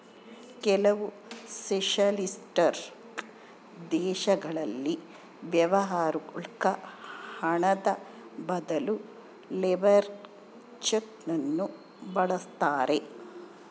ಕೆಲವು ಸೊಷಲಿಸ್ಟಿಕ್ ದೇಶಗಳಲ್ಲಿ ವ್ಯವಹಾರುಕ್ಕ ಹಣದ ಬದಲು ಲೇಬರ್ ಚೆಕ್ ನ್ನು ಬಳಸ್ತಾರೆ